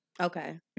Okay